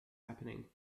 happening